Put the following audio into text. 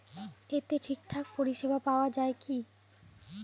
এতে ঠিকঠাক পরিষেবা পাওয়া য়ায় কি?